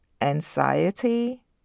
anxiety